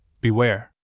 Beware